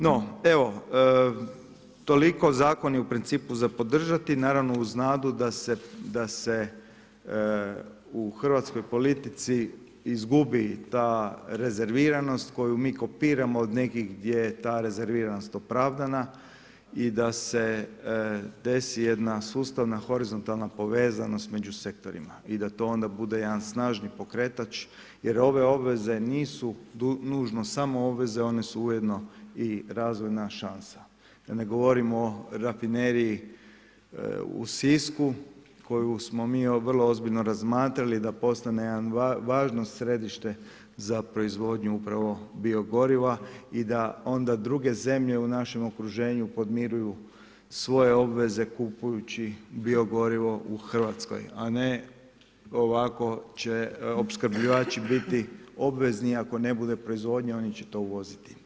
No, evo toliko, zakon je u principu za podržati, naravno uz nadu da se u hrvatskoj politici izgubi ta rezerviranost koju mi kopiramo od nekih gdje je ta rezerviranost opravdana i da se desi jedna sustavna, horizontalna povezanost među sektorima i da to bude jedan snažni pokretač jer ove obveze nisu nužno samo obveze, one su ujedno i razvojna šansa, da ne govorimo o rafinerije u Sisku koju smo mi vrlo ozbiljno razmatrali da postane jedno važno središte za proizvodnju upravo bio goriva i da onda druge zemlje u našem okruženju podmiruju svoje obveze kupujući bio gorivo u Hrvatskoj a ne ovako će opskrbljivači biti obvezni ako ne bude proizvodnje, oni će to uvoziti.